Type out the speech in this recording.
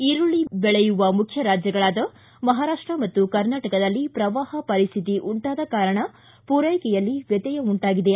ಈರುಳ್ಳಿ ಬೆಳೆಯುವ ಮುಖ್ಯ ರಾಜ್ಜಗಳಾದ ಮಹಾರಾಷ್ವ ಮತ್ತು ಕರ್ನಾಟಕದಲ್ಲಿ ಪ್ರವಾಹ ಪರಿಸ್ಥಿತಿ ಉಂಟಾದ ಕಾರಣ ಪೂರೈಕೆಯಲ್ಲಿ ವ್ಯತ್ತಯ ಉಂಟಾಗಿದೆ